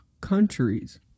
countries